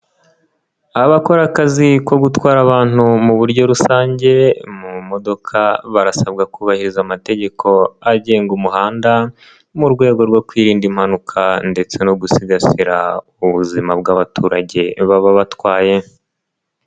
Abakora akazi ko gutwara abantu mu buryo rusange mu modoka, barasabwa kubahiriza amategeko agenga umuhanda, mu rwego rwo kwirinda impanuka ndetse no gusigasira ubuzima bw'abaturage baba batwaye.